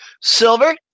Silver